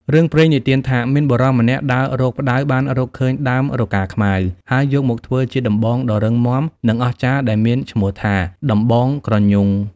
រឿងព្រេងនិទានថា មានបុរសម្នាក់ដើររកផ្តៅបានរកឃើញដើមរកាខ្មៅ ហើយយកមកធ្វើជាដំបងដ៏រឹងមាំនិងអស្ចារ្យ ដែលមានឈ្មោះថា "ដំបងក្រញូង" ។